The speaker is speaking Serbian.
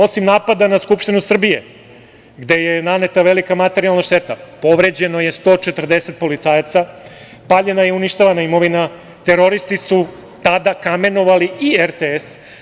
Osim napada na Skupštinu Srbije, gde je naneta velika materijalna šteta, povređeno je 140 policajaca, paljena i uništavana imovina, teroristi su tada kamenovali i RTS.